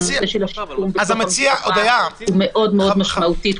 הנושא של השיקום בתוך המשפחה הוא מאוד משמעותי,